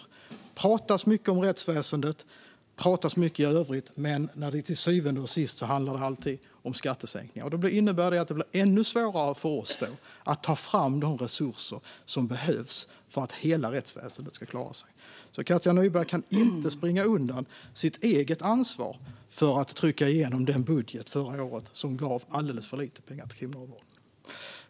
Det pratas mycket om rättsväsendet och det pratas mycket i övrigt, men till syvende och sist handlar det alltid om skattesänkningar. Det innebär att det blir ännu svårare för oss att ta fram de resurser som behövs för att hela rättsväsendet ska klara sig. Katja Nyberg kan inte springa undan sitt eget ansvar för att förra året ha tryckt igenom den budget som gav alldeles för lite pengar till kriminalvården.